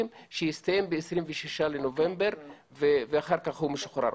שיסתיים ב-26 בנובמבר ואחר כך הוא משוחרר.